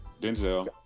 Denzel